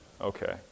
Okay